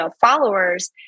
followers